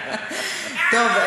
טוב,